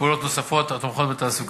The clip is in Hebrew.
ובפעולות נוספות התומכות בתעסוקה.